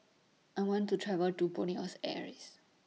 I want to travel to Buenos Aires